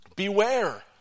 Beware